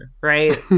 right